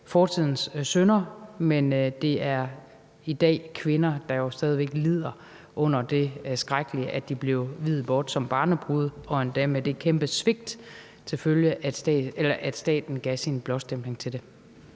fortidens synder, men det er jo i dag kvinder, der stadig væk lider under det skrækkelige, at de blev viet bort som barnebrude, og endda med det kæmpe svigt, at staten gav sin blåstempling af det.